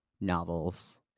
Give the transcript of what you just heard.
novels